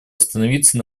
остановиться